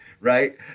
right